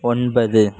ஒன்பது